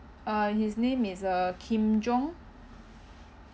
uh his name is uh Kim Jong